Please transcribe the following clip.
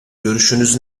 görüşünüz